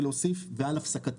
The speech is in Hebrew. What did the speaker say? וכאן הוצע לתקן ולהוסיף ועל הפסקתה.